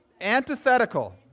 antithetical